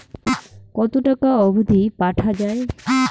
কতো টাকা অবধি পাঠা য়ায়?